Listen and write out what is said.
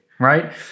Right